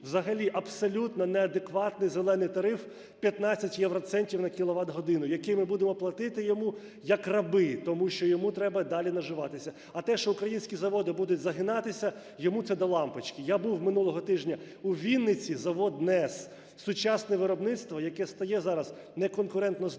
взагалі абсолютно неадекватний "зелений" тариф в 15 євроцентів на кіловат-годину, який ми будемо платити йому, як раби, тому що йому треба далі наживатися. А те, що українські заводи будуть загинатися, йому це "до лампочки". Я був минулого тижня у Вінниці. Завод "KNESS", сучасне виробництво, яке стає зараз не конкурентоздатним,